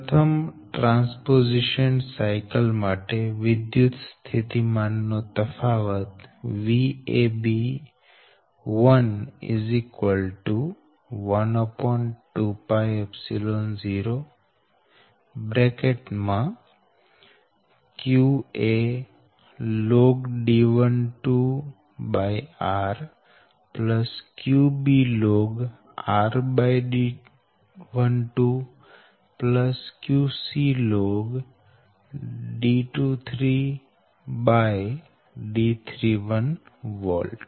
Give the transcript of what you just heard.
પ્રથમ transposition cycle માટે વિદ્યુતસ્થિતિમાન નો તફાવત Vab120qalnD12rqblnrD12qclnD23D31 વોલ્ટ